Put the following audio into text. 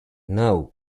now